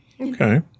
Okay